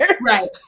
Right